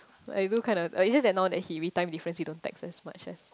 like if you kind of like it's just that now that he time difference he don't text as much as